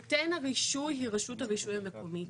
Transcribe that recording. נותן הרישוי היא רשות הרישוי המקומית.